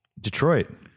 Detroit